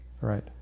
Right